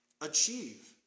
achieve